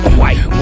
white